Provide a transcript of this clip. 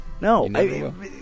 No